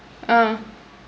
ah